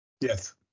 Yes